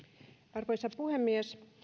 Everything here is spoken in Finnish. arvoisa puhemies